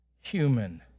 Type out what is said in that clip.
human